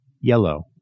yellow